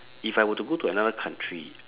if I were to go to another country